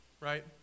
right